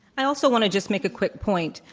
i also want to just make a quick point.